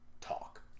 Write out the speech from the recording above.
talk